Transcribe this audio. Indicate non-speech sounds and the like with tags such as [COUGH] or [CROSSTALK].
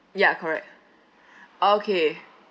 ya correct [BREATH] okay